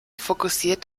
fokussiert